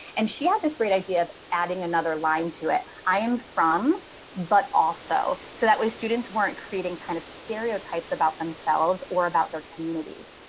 and she had this great idea of adding another line to it. i am from but also so that we students weren't creating kind of stereotypes about themselves or about their communities.